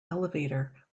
elevator